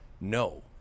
No